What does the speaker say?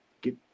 get